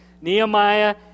Nehemiah